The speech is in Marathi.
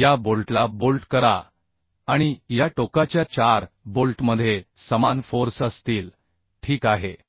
या बोल्टला बोल्ट करा आणि या टोकाच्या चार बोल्टमध्ये समान फोर्स असतील ठीक आहे